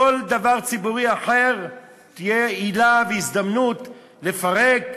כל דבר ציבורי אחר יהיה עילה והזדמנות לפרק.